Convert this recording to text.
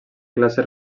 classe